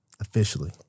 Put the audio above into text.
Officially